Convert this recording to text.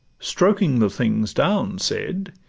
stroking the things down, said,